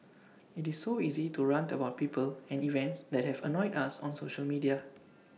IT is so easy to rant about people and events that have annoyed us on social media